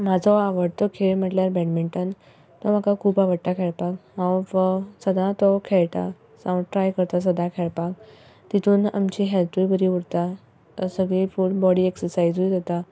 म्हाजो आवडटो खेळ म्हटल्यार बॅडमिंटन तो म्हाका खूब आवडटा खेळपाक हांव फ सदां तो खेळटा सो हांव ट्राय करतां सदां खेळपाक तितून आमची हॅल्तूय बरी उरता सगळी फूल बॉडी एक्ससायजूय जाता